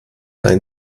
ein